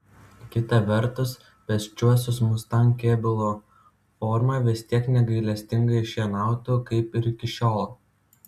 kita vertus pėsčiuosius mustang kėbulo forma vis tiek negailestingai šienautų kaip ir iki šiol